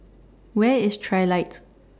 Where IS Trilight